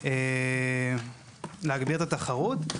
ולהגביר את התחרות.